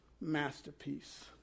masterpiece